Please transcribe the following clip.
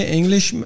English